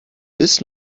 this